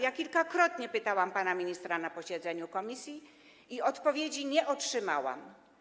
Ja kilkakrotnie pytałam o to pana ministra na posiedzeniu komisji i odpowiedzi nie otrzymałam.